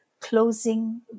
Closing